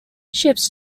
ships